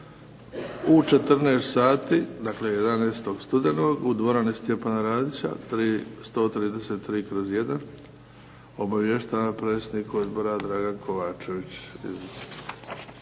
u 14 sati, dakle 11. studenog, u dvorani Stjepana Radića 133/1. Obavještava predsjednik odbora Dragan Kovačević.